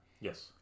Yes